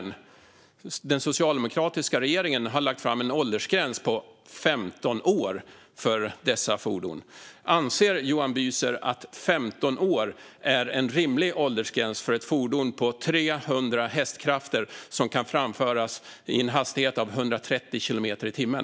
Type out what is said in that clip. Enligt förslag från den socialdemokratiska regeringen har en åldersgräns på 15 år införts för dessa fordon. Anser Johan Büser att 15 år är en rimlig åldersgräns för ett fordon på 300 hästkrafter som kan framföras i en hastighet av 130 kilometer i timmen?